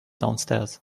downstairs